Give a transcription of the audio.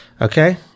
Okay